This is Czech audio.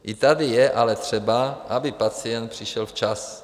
I tady je ale třeba, aby pacient přišel včas.